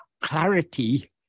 clarity